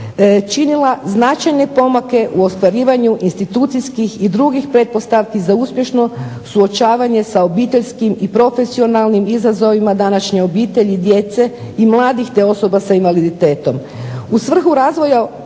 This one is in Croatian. činila značajne pomake u ostvarivanju institucijskih i drugih pretpostavki za uspješno suočavanje sa obiteljskim i profesionalnim izazovima današnje obitelji, djece i mladeži te osoba s invaliditetom. U svrhu razvoja